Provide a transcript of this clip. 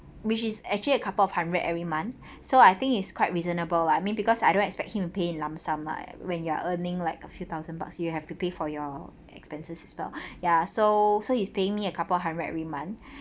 which is actually a couple of hundred every month so I think is quite reasonable I mean because I don't expect him to pay in lump sum lah when you are earning like a few thousand bucks you have to pay for your expenses as well ya so so he's paying me a couple hundred every month